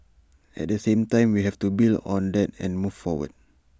at the same time we have to build on that and move forward